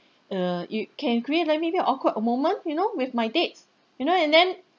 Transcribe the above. err it can create like maybe awkward uh moment you know with my dates you know and then